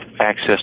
access